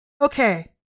okay